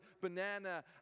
banana